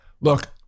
Look